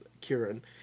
Kieran